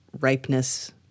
ripeness